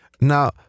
now